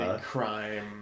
crime